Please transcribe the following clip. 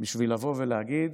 בשביל לבוא ולהגיד: